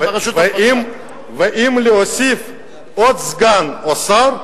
ואם להוסיף עוד סגן או שר,